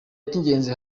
icy’ingenzi